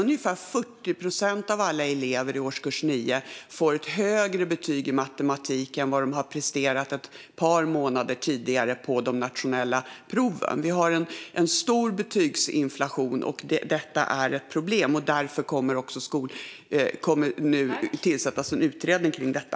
Ungefär 40 procent av alla elever i årskurs 9 får ett högre betyg i matematik än det som motsvarar deras prestation på de nationella proven ett par månader tidigare. Vi har en stor betygsinflation, och det är ett problem. Därför kommer det nu att tillsättas en utredning kring detta.